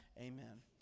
amen